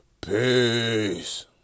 peace